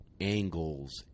angles